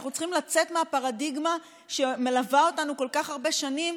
ואנחנו צריכים לצאת מהפרדיגמה שמלווה אותנו כל כך הרבה שנים,